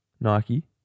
Nike